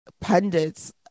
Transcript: pundits